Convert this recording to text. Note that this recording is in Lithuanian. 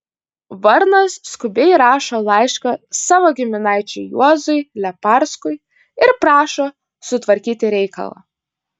varnas skubiai rašo laišką savo giminaičiui juozui leparskui ir prašo sutvarkyti reikalą